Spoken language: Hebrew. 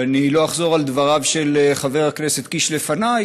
ולא אחזור על דבריו של חבר הכנסת קיש לפני,